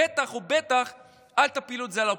ובטח ובטח אל תפילו את זה על האופוזיציה.